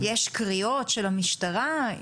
יש קריאות של המשטרה?